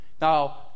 Now